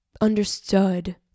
understood